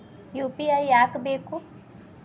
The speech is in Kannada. ಯು.ಪಿ.ಐ ಯಾಕ್ ಬೇಕು?